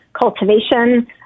cultivation